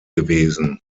gewesen